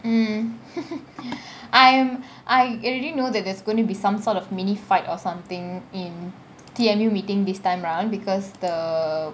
mm I am I already know that there's going to be some sort of mini fight or something in the annual meeting this time round because the